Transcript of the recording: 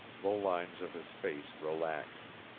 the lines of his face relaxed.